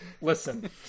Listen